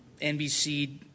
NBC